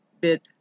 bid